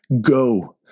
go